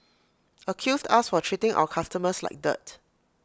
accused us for treating our customers like dirt